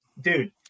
dude